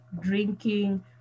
drinking